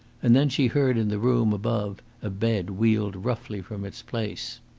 and then she heard in the room above a bed wheeled roughly from its place.